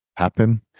happen